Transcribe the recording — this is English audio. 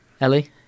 Ellie